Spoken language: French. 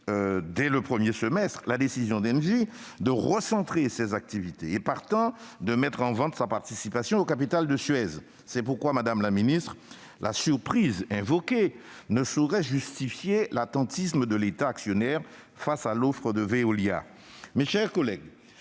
dès le premier semestre la décision d'Engie de recentrer ses activités et, partant, de mettre en vente sa participation au capital de Suez. C'est pourquoi, madame la ministre, la surprise invoquée ne saurait justifier l'attentisme de l'État actionnaire face à l'offre de Veolia. Mes chers collègues,